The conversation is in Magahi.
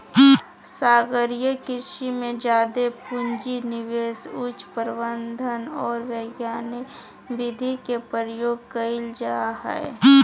सागरीय कृषि में जादे पूँजी, निवेश, उच्च प्रबंधन और वैज्ञानिक विधि के प्रयोग कइल जा हइ